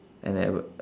and I would